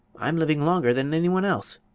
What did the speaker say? i'm living longer than anyone else.